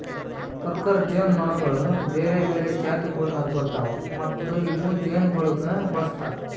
worker ಜೇನುನೊಣಗೊಳ್ ಬೇರೆ ಬೇರೆ ಜಾತಿಗೊಳ್ದಾಗ್ ಬರ್ತಾವ್ ಮತ್ತ ಇವು ಜೇನುಗೊಳಿಗ್ ಬಳಸ್ತಾರ್